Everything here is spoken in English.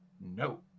No